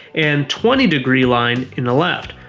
and twenty degree line in the left.